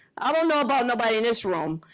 i don't know about nobody in this room,